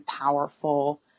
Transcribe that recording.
powerful